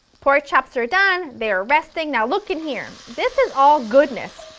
pork chops are done, they are resting, now look in here. this is all goodness.